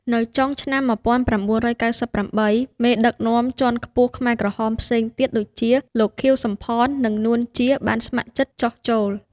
នៅចុងឆ្នាំ ១៩៩៨ មេដឹកនាំជាន់ខ្ពស់ខ្មែរក្រហមផ្សេងទៀតដូចជា លោក ខៀវ សំផន និង នួន ជា បានស្ម័គ្រចិត្តចុះចូល។